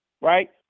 Right